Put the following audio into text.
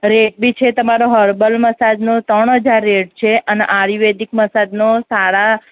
rate બી છે તમારો હર્બલ મસાજનો ત્રણ હજાર રેટ છે અને આયુર્વેદિક મસાજનો સાડા